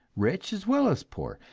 rich as well as poor,